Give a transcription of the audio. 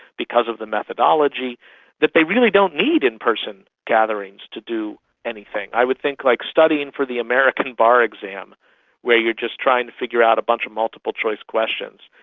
because of the methodology that they really don't need in-person gatherings to do anything. i would think like studying for the american bar exam where you're just trying to figure out a bunch of multiple choice questions,